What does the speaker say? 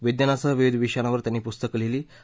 विज्ञानासह विविध विषयांवर त्यांनी पुस्तके लिहिली होती